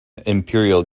imperial